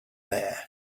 there